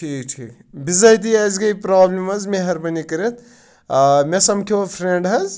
ٹھیٖک ٹھیٖک بِضٲطی اسہِ گٔیے پرٛابلِم حظ مہربٲنی کٔرِتھ مےٚ سَمکھیوٚ فرٛیٚنڈ حظ